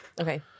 Okay